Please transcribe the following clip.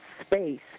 space